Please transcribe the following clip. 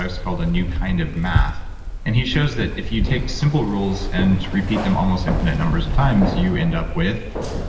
is called a new kind of math and he shows that if you take simple rules and repeat them almost infinite numbers of times, you end up with